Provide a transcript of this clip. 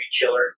killer